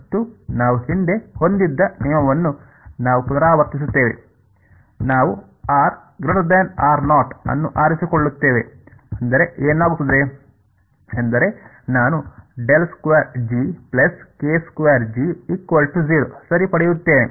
ಮತ್ತು ನಾವು ಹಿಂದೆ ಹೊಂದಿದ್ದ ನಿಯಮವನ್ನು ನಾವು ಪುನರಾವರ್ತಿಸುತ್ತೇವೆ ನಾವು ಅನ್ನು ಆರಿಸಿಕೊಳ್ಳುತ್ತೇವೆ ಅಂದರೆ ಏನಾಗುತ್ತದೆ ಎಂದರೆ ನಾನು ಸರಿ ಪಡೆಯುತ್ತೇನೆ